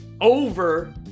over